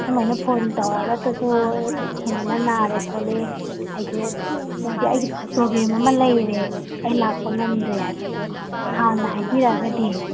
ꯁꯨꯃꯥꯏꯅ ꯐꯣꯟ ꯇꯧꯔꯒꯇꯁꯨ ꯑꯦ ꯁꯨꯃꯥꯏꯅ ꯅꯥꯔꯦ ꯈꯣꯠꯂꯦ ꯑꯩꯁꯦ ꯍꯥꯏꯗꯤ ꯑꯩꯒꯤ ꯄ꯭ꯔꯣꯕ꯭ꯂꯦꯝ ꯑꯃ ꯂꯩꯔꯦ ꯑꯩ ꯂꯥꯛꯄ ꯉꯝꯗ꯭ꯔꯦ ꯍꯥꯏꯕꯗꯣ ꯍꯥꯟꯅ ꯍꯥꯏꯕꯤꯔꯛꯑꯒꯗꯤ